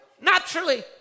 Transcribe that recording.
Naturally